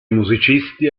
musicisti